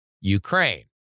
Ukraine